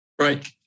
Right